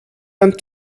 and